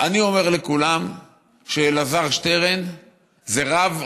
אני אומר לכולם שאלעזר שטרן זה רב,